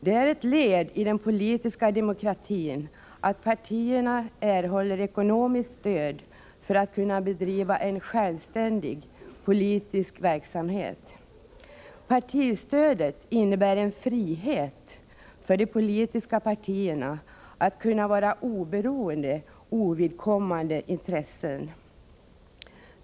Det är ett led i den politiska demokratin att partierna erhåller ekonomiskt stöd för att kunna bedriva en självständig politisk verksamhet. Partistödet innebär en frihet för de politiska partierna att kunna vara oberoende av ovidkommande intressen.